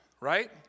Right